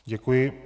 Děkuji.